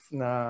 na